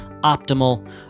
optimal